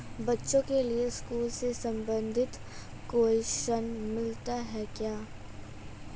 बच्चों के लिए स्कूल से संबंधित कोई ऋण मिलता है क्या?